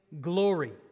glory